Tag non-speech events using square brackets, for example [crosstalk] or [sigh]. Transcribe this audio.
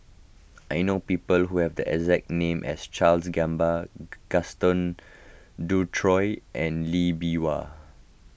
I know people who have the exact name as Charles Gamba [noise] Gaston Dutronquoy and Lee Bee Wah